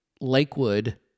...Lakewood